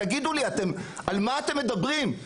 תגידו לי, על מה אתם מדברים?